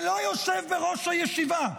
שלא יושב בראש הישיבה.